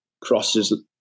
crosses